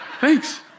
Thanks